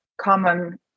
Common